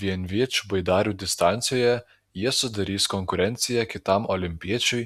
vienviečių baidarių distancijoje jie sudarys konkurenciją kitam olimpiečiui